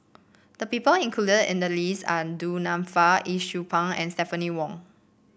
the people included in the list are Du Nanfa Yee Siew Pun and Stephanie Wong